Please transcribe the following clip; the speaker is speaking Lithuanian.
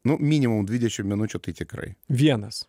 nu minimum dvidešim minučių tai tikrai vienas